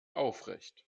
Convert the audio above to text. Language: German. aufrecht